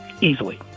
easily